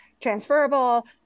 transferable